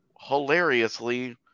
hilariously